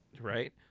right